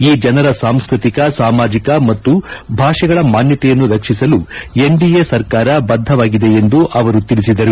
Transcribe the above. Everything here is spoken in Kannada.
ಈ ಜನರ ಸಾಂಸ್ತತಿಕ ಸಾಮಾಜಿಕ ಮತ್ತು ಭಾಷೆಗಳ ಮಾನ್ಗತೆಯನ್ನು ರಕ್ಷಿಸಲು ಎನ್ಡಿಎ ಸರ್ಕಾರ ಬದ್ಗವಾಗಿದೆ ಎಂದು ಅವರು ಹೇಳಿದರು